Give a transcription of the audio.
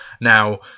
Now